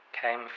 came